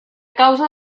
causa